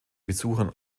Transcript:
besuchern